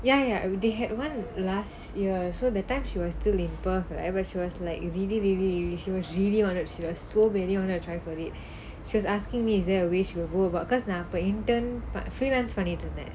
ya ya they had one last year so that time she was still in perth right but she was like really really she was really wanted she was so ready wanted to try for it she was asking me is there a way she would go about because நான் அப்போ:naan appo intern freelance பண்ணிட்டு இருந்தேன்:pannittu irunthaen